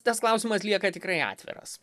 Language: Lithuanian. tas klausimas lieka tikrai atviras